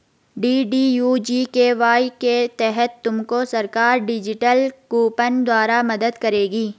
DDU GKY के तहत तुमको सरकार डिजिटल कूपन द्वारा मदद करेगी